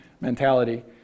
mentality